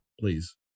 please